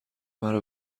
مرا